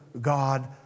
God